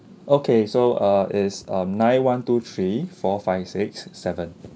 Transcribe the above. okay so uh is um nine one two three four five six seven